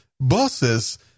buses